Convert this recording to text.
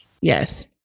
Yes